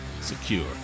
secure